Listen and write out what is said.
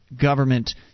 government